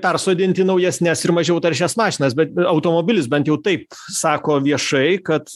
persodint į naujesnes ir mažiau taršias mašinas bet automobilis bent jau taip sako viešai kad